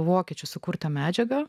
vokiečių sukurtą medžiagą